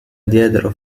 diedero